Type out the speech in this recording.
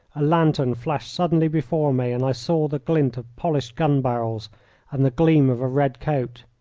a lantern flashed suddenly before me, and i saw the glint of polished gun-barrels and the gleam of a red coat.